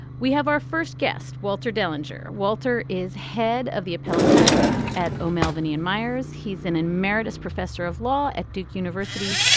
we have our first guest walter dellinger. walter is head of the appellate practice at um malvern ian meyers. he's an emeritus professor of law at duke university.